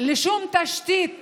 לשום תשתית